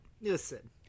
Listen